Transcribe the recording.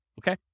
okay